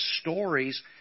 stories